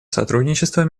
сотрудничества